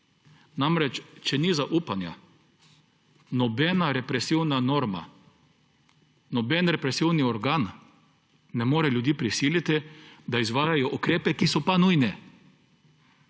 Če ni zaupanja, namreč nobena represivna norma, noben represivni organ ne more ljudi prisiliti, da izvajajo ukrepe, ki pa so nujni.